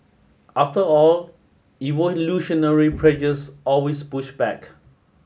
after all evolutionary pressures always push back